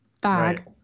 bag